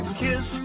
kiss